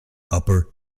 upper